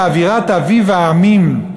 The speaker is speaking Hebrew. באווירת אביב העמים,